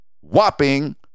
whopping